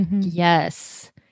Yes